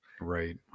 right